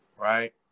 right